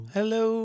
Hello